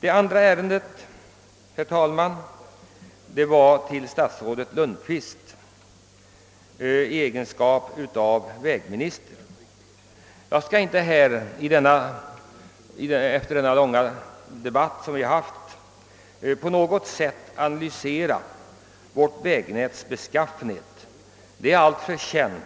Mitt andra ärende, herr talman, gäller statsrådet Lundkvist i hans egenskap av kommunikationsminister. Jag skall inte efter denna långa debatt på något sätt analysera vårt vägnäts beskaffenhet, som är alltför känd